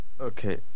Okay